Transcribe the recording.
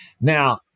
Now